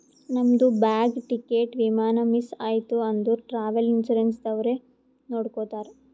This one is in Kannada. ನಮ್ದು ಬ್ಯಾಗ್, ಟಿಕೇಟ್, ವಿಮಾನ ಮಿಸ್ ಐಯ್ತ ಅಂದುರ್ ಟ್ರಾವೆಲ್ ಇನ್ಸೂರೆನ್ಸ್ ದವ್ರೆ ನೋಡ್ಕೊತ್ತಾರ್